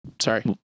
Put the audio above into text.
Sorry